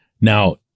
Now